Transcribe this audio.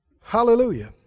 Hallelujah